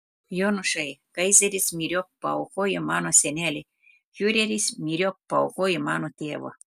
jonušai kaizeris myriop paaukojo mano senelį fiureris myriop paaukojo mano tėvą